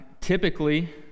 Typically